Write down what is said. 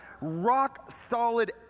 rock-solid